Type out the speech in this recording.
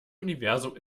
universum